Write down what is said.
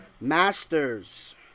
Masters